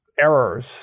errors